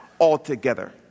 altogether